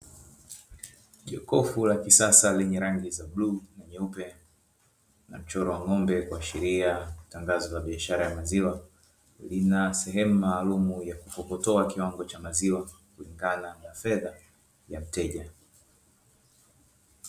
Jokofu la kisasa lenye rangi za bluu na nyeupe zilizochorwa ng'ombe kuashiria matangazo ya biashara ya maziwa. Lina sehemu maalum ya kukokotoa kiwango cha maziwa kutokana na fedha ya mteja.